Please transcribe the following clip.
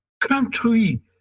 country